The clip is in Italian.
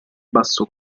basso